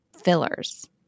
fillers